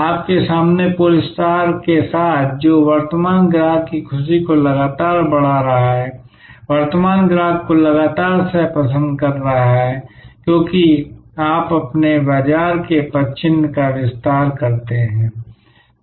आपके सामने pole star के साथ जो वर्तमान ग्राहक की खुशी को लगातार बढ़ा रहा है वर्तमान ग्राहक को लगातार सह पसंद कर रहा है क्योंकि आप अपने बाजार के पदचिह्न का विस्तार करते हैं